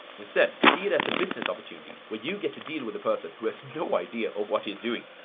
instead, see it as a business opportunity, where you get to deal with a person who has no idea of what he's doing!